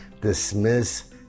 Dismiss